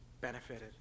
benefited